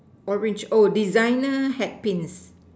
orange oh designer hair pins